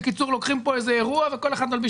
בקיצור, לוקחים כאן איזה אירוע וכל אחד מלביש